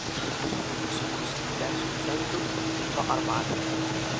turbūt cukrus už dešimt centų ryto arbatai